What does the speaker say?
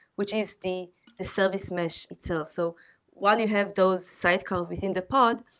which is the the service mesh itself. so while you have those cycle within the pod,